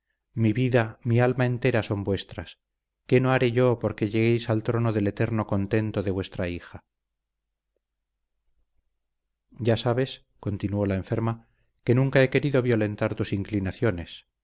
mi vida mi alma entera son vuestras qué no haré yo porque lleguéis al trono del eterno contento de vuestra hija ya sabes continuó la enferma que nunca he querido violentar tus inclinaciones